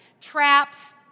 traps